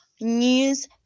News